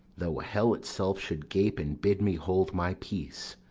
though hell itself should gape and bid me hold my peace.